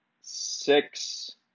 six